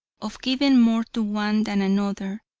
of giving more to one than another,